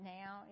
now